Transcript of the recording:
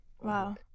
wow